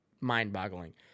mind-boggling